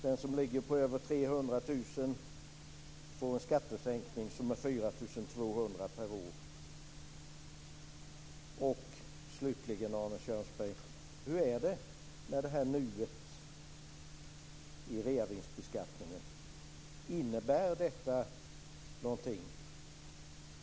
Den som tjänar över 300 000 kr får en skattesänkning med Slutligen, Arne Kjörnsberg: Hur är det med "nuet" beträffande reavinsbeskattningen? Innebär det någonting?